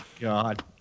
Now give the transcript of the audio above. God